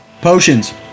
Potions